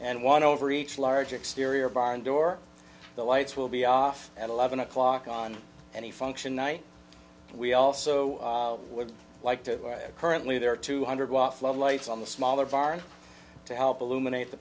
and one over each large exterior barn door the lights will be on at eleven o'clock on any function night we also would like to currently there are two hundred watt floodlights on the smaller barn to help illuminate the